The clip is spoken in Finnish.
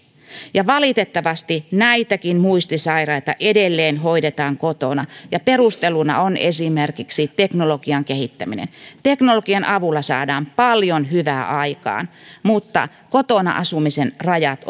valitettavasti näitäkin muistisairaita edelleen hoidetaan kotona ja perusteluna on esimerkiksi teknologian kehittäminen teknologian avulla saadaan paljon hyvää aikaan mutta jossakin ovat myös kotona asumisen rajat